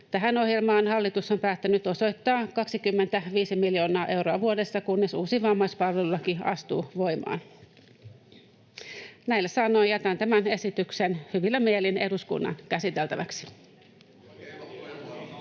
Tähän ohjelmaan hallitus on päättänyt osoittaa 25 miljoonaa euroa vuodessa, kunnes uusi vammaispalvelulaki astuu voimaan. Näillä sanoin jätän tämän esityksen hyvillä mielin eduskunnan käsiteltäväksi.